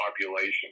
population